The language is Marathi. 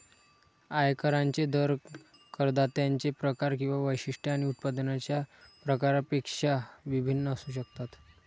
आयकरांचे दर करदात्यांचे प्रकार किंवा वैशिष्ट्ये आणि उत्पन्नाच्या प्रकारापेक्षा भिन्न असू शकतात